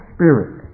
Spirit